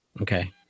okay